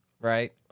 right